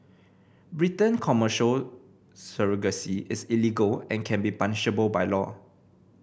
Britain Commercial surrogacy is illegal and can be punishable by law